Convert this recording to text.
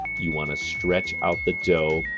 you wanna stretch out the dough,